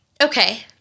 okay